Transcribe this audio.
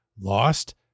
lost